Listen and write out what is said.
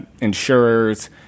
insurers